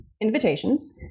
invitations